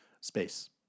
Space